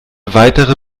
weitere